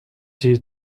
die